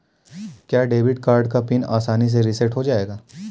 क्या debit card का PIN आसानी से रीसेट हो जाएगा?